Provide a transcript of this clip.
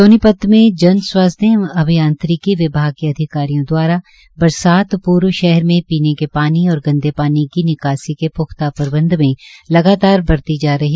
सोनीपत में जन स्वास्थ्य एवं अभियांत्रिकी विभाग के अधिकारियों दवारा बरसात पूर्व शहर में पीने के पानी और गंदे पानी की निकासी के प्ख्ता प्रबंध में लगातार बरती जा रही